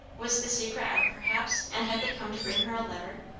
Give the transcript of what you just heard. was the secret out, perhaps, and had they come to bring her a letter?